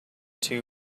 two